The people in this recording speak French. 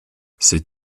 ces